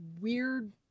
weird